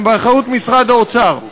באחריות משרד האוצר.